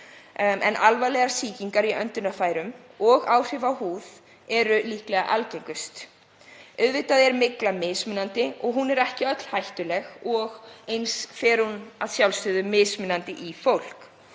en alvarlegar sýkingar í öndunarfærum og áhrif á húð eru líklega algengust. Auðvitað er mygla mismunandi og hún er ekki öll hættuleg og þá fer hún að sjálfsögðu ólíkt í fólk.